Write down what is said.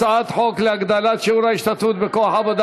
הצעת חוק להגדלת שיעור ההשתתפות בכוח העבודה